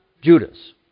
Judas